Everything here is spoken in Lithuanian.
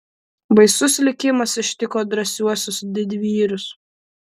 baisus likimas ištiko drąsiuosius didvyrius